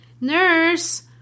Nurse